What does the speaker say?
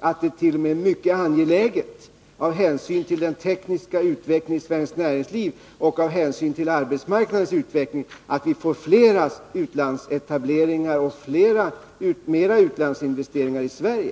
att det t.o.m. är mycket angeläget, av hänsyn till den tekniska utvecklingen i svenskt näringsliv och av hänsyn till arbetsmarknadens utveckling, att vi får flera utlandsetableringar och mera utlandsinvesteringar i Sverige.